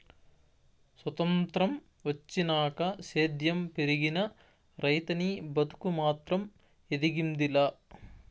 సొత్రంతం వచ్చినాక సేద్యం పెరిగినా, రైతనీ బతుకు మాత్రం ఎదిగింది లా